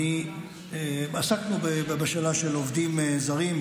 עסקנו בשאלה של עובדים זרים,